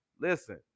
Listen